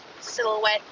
silhouette